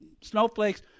Snowflakes